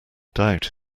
doubt